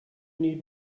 need